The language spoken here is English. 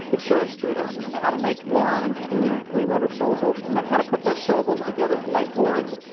it showed students how to make one and two and three letter syllables, and then how to put those syllables together to make words.